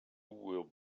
will